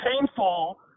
painful